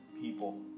people